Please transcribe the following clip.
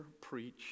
preach